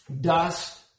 dust